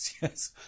yes